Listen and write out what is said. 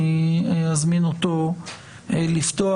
אני אזמין אותו לפתוח.